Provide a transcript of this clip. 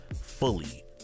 fully